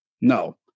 No